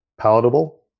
palatable